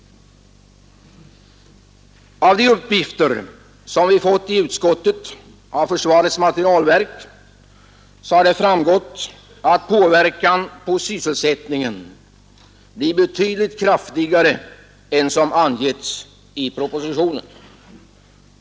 Av de uppgifter som vi fått i utskottet av försvarets materielverk har det framgått att påverkan på sysselsättningen blir betydligt kraftigare än som angetts i propositionen.